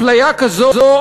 הפליה כזאת,